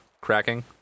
cracking